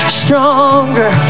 stronger